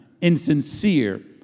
insincere